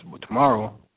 tomorrow